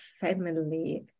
family